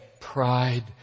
pride